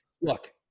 Look